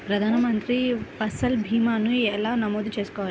ప్రధాన మంత్రి పసల్ భీమాను ఎలా నమోదు చేసుకోవాలి?